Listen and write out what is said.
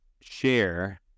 share